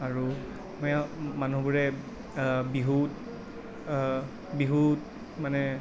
আৰু অসমীয়া মানুহবোৰে বিহুত বিহুত মানে